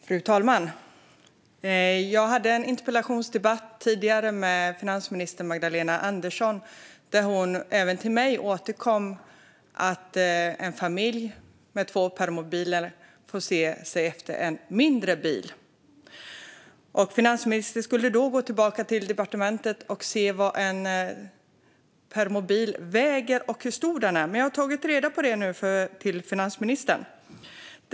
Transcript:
Fru talman! Jag har tidigare haft en interpellationsdebatt med finansminister Magdalena Andersson där hon även till mig sagt att en familj med två permobiler får se sig om efter en mindre bil. Finansministern skulle då gå tillbaka till departementet och se vad en permobil väger och hur stor den är. Men jag har tagit reda på detta åt finansministern.